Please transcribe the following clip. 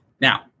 Now